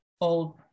old